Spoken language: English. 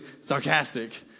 sarcastic